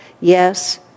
Yes